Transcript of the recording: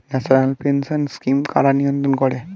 National pension scheme কারা নিয়ন্ত্রণ করে?